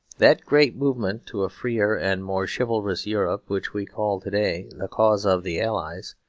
that great movement to a freer and more chivalrous europe which we call to-day the cause of the allies,